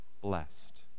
Blessed